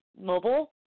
mobile